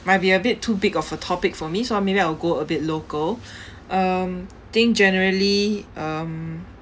might be a bit too big of a topic for me so I'm maybe I will go a bit local um I think generally um